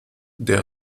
der